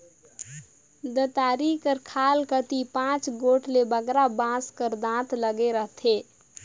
दँतारी कर खाल कती पाँच गोट ले बगरा बाँस कर दाँत लगे रहथे